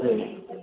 हजुर